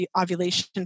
ovulation